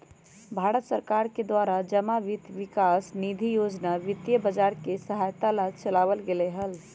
भारत सरकार के द्वारा जमा वित्त विकास निधि योजना वित्तीय बाजार के सहायता ला चलावल गयले हल